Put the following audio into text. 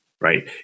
right